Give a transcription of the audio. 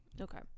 Okay